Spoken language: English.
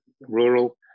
rural